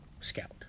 scout